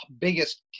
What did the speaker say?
biggest